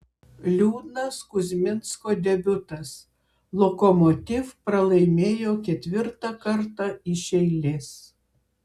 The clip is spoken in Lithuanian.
liūdnas kuzminsko debiutas lokomotiv pralaimėjo ketvirtą kartą iš eilės